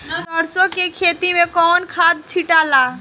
सरसो के खेती मे कौन खाद छिटाला?